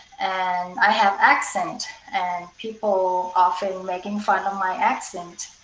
and i have accent and people often making fun of my accent,